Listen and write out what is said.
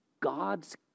God's